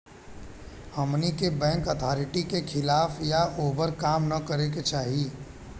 हमनी के bank authority के खिलाफ या ओभर काम न करे के चाही